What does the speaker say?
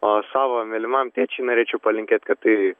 o savo mylimam tėčiui norėčiau palinkėt kad tai